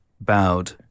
bowed